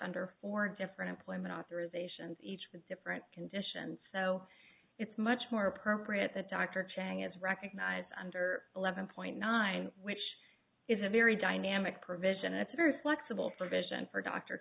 under four different employment authorisations each with different conditions so it's much more appropriate that dr chang is recognized under eleven point nine which is a very dynamic provision it's very flexible provision for dr